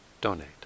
donate